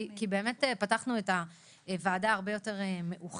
כי פתחנו את הוועדה הרבה יותר מאוחר.